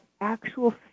actual